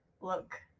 look